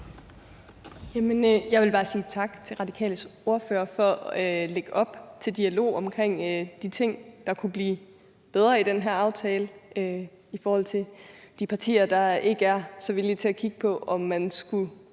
jeg vil bare sige tak til Radikales ordfører for at lægge op til dialog omkring de ting, der kunne blive bedre i den her aftale, i forhold til de partier, der ikke er så villige til at kigge på, om man skulle